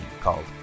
called